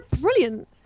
brilliant